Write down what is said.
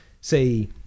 say